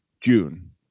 June